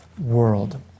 world